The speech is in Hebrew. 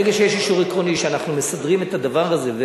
ברגע שיש אישור עקרוני שאנחנו מסדרים את הדבר הזה,